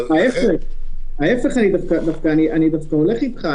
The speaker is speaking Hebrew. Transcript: ההיפך, אני דווקא הולך אתך.